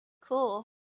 Cool